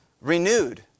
renewed